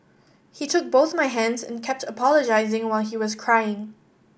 he took both my hands and kept apologising while he was crying